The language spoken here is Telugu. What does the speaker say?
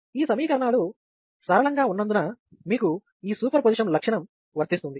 ఈ సమీకరణాలు సరళంగా ఉన్నందున మీకు ఈ సూపర్ పొజిషన్ లక్షణం వర్తిస్తుంది